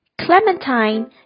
Clementine